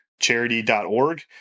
charity.org